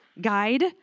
guide